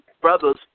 brothers